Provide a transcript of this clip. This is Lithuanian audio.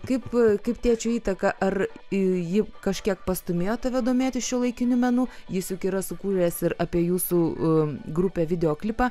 kaip kaip tėčio įtaka ar ji kažkiek pastūmėjo tave domėtis šiuolaikiniu menu jis juk yra sukūręs ir apie jūsų grupę videoklipą